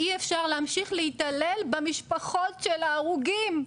אי אפשר להמשיך להתעלל במשפחות של ההרוגים.